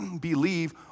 believe